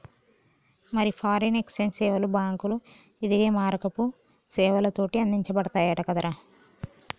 మరి foreign exchange సేవలు బాంకులు, ఇదిగే మారకపు సేవలతోటి అందించబడతయంట కదరా